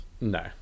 no